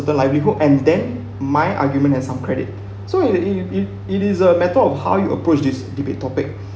the likelihood and then my argument has some credit so it it it is a matter of how you approach this debate topic